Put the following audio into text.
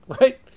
Right